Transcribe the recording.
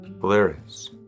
Hilarious